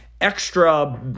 extra